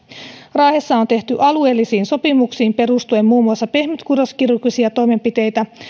raahessa on tehty alueellisiin sopimuksiin perustuen muun muassa pehmytkudoskirurgisia toimenpiteitä